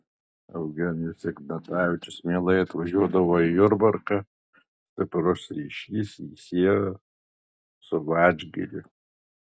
eugenijus ignatavičius mielai atvažiuodavo į jurbarką stiprus ryšys jį siejo su vadžgiriu